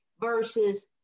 versus